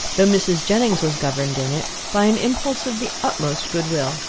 though mrs. jennings was governed in it by an impulse of the utmost goodwill.